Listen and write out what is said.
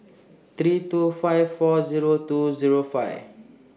three two five four Zero two Zero five